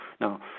now